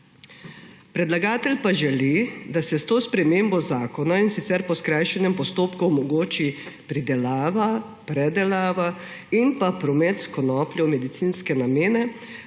Predlagatelj pa želi, da se s to spremembo zakona, in sicer po skrajšanem postopku, omogoči pridelava, predelava in pa promet s konopljo v medicinske namene,